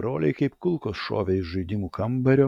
broliai kaip kulkos šovė iš žaidimų kambario